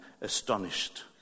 astonished